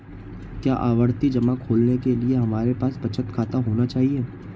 क्या आवर्ती जमा खोलने के लिए हमारे पास बचत खाता होना चाहिए?